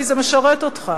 כי זה משרת אותך.